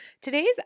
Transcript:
today's